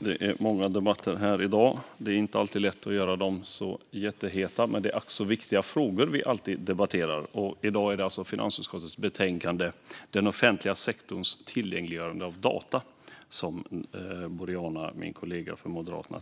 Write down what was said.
Det är många debatter här i dag. Det är inte alltid lätt att göra dem jätteheta, men det är alltid ack så viktiga frågor vi debatterar. Nu är det alltså finansutskottets betänkande Den offentliga sektorns tillgängliggörande av data vi debatterar, som min kollega Boriana från Moderaterna